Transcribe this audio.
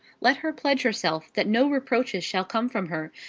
let her pledge herself that no reproaches shall come from her,